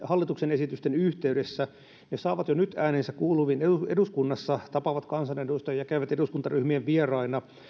hallituksen esitysten yhteydessä ne saavat jo nyt äänensä kuuluviin eduskunnassa tapaavat kansanedustajia ja käyvät eduskuntaryhmien vieraina